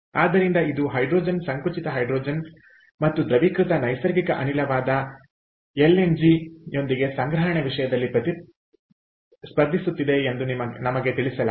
ಆದ್ದರಿಂದ ಇದು ಹೈಡ್ರೋಜನ್ ಸಂಕುಚಿತ ಹೈಡ್ರೋಜನ್ ಮತ್ತು ದ್ರವೀಕೃತ ನೈಸರ್ಗಿಕ ಅನಿಲವಾದ ಎಲ್ಎನ್ಜಿಯೊಂದಿಗೆ ಸಂಗ್ರಹಣೆ ವಿಷಯದಲ್ಲಿ ಸ್ಪರ್ಧಿಸುತ್ತಿದೆ ಎಂದು ನಮಗೆ ತಿಳಿಸಲಾಗಿದೆ